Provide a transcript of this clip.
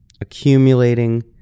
accumulating